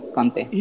Kante